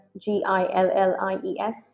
G-I-L-L-I-E-S